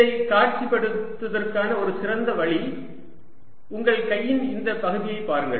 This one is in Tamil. அதைக் காட்சிப்படுத்துவதற்கான ஒரு சிறந்த வழி உங்கள் கையின் இந்த பகுதியைப் பாருங்கள்